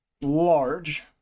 large